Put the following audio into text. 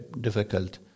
difficult